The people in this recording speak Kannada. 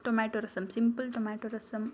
tomato rasam simple tomato rasam